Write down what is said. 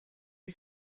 you